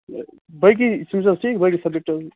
باقٕے چھِس حظ ٹھیٖک باقٕے سَبجکٹ